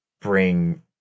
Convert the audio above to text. bring